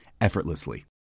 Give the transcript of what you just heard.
effortlessly